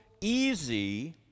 easy